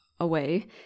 away